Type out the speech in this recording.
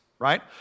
right